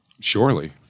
Surely